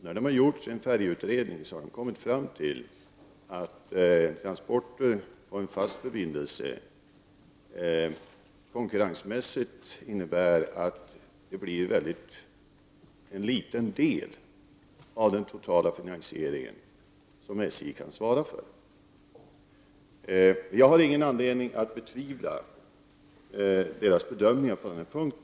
När SJ har gjort sin färjeutredning har man kommit fram till att transporter på en fast förbindelse konkurrensmässigt innebär att SJ kan svara för en mycket liten del av den totala finansieringen. Jag har inte någon anledning att betvivla SJ:s bedömning på denna punkt.